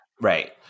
right